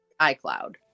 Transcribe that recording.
icloud